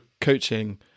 coaching